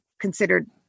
considered